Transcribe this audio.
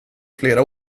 flera